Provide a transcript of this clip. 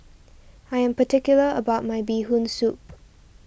I am particular about my Bee Hoon Soup